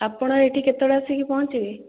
ଆପଣ ଏଠି କେତେବେଳେ ଆସିକି ପହଞ୍ଚିବେ